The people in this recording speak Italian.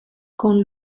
con